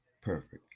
perfect